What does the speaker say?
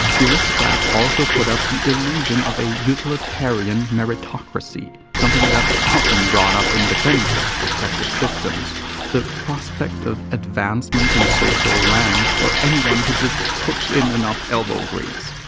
the aristocrats also put up the illusion of a utilitarian meritocracy, something that's often brought up in defense of oppressive systems the prospect of advancement in social rank for anyone who just puts in enough elbow grease.